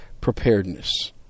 preparedness